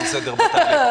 שאין סדר בתהליך.